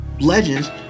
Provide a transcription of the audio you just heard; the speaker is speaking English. legends